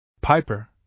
Piper